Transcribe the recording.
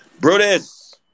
Brutus